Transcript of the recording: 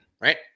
right